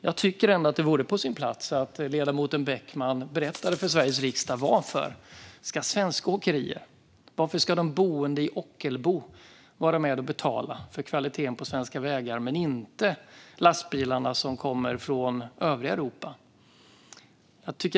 Jag tycker ändå att det vore på sin plats att ledamoten Beckman berättar för Sveriges riksdag varför svenska åkerier, varför de boende i Ockelbo, ska vara med och betala för kvaliteten på svenska vägar men inte lastbilarna från övriga Europa.